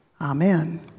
Amen